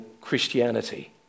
Christianity